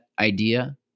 idea